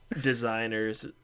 designers